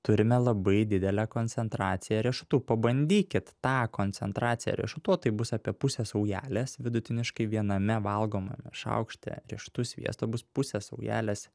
turime labai didelę koncentraciją riešutų pabandykit tą koncentraciją riešutų o tai bus apie pusę saujelės vidutiniškai viename valgomajame šaukšte riešutų sviesto bus pusė saujelės